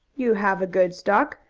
you have a good stock.